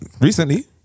Recently